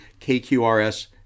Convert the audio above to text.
KQRS